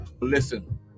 listen